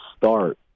start